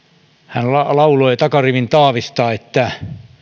hän lauloi takarivin taavista että